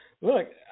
Look